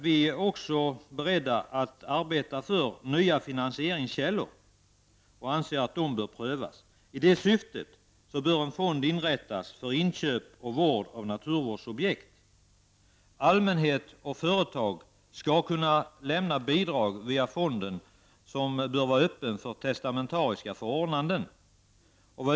Vi är också beredda att arbeta för nya finansieringskällor och anser att sådana bör prövas. I detta syfte bör en fond inrättas för inköp och vård av naturvårdsobjekt. Allmänhet och företag skall kunna lämna bidrag via fonden, som också bör vara öppen för testamentariska förordnanden.